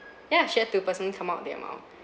yeah she had to personally come out with the amount